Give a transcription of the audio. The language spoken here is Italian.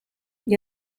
gli